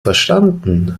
verstanden